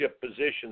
positions